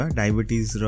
diabetes